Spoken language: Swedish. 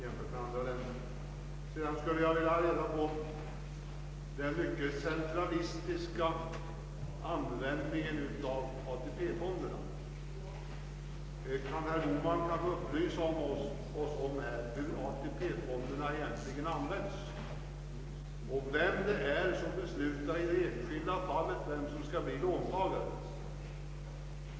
Jag vill också fråga om den som herr Bohman sade mycket centralistiska användningen av ATP-fonderna. Kan herr Bohman kanske upplysa oss om hur ATP-fonderna egentligen används och vilka som i det enskilda fallet beslutar om vem som skall bli låntagare?